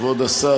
כבוד השר,